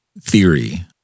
theory